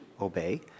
obey